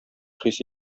хис